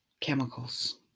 chemicals